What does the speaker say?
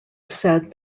said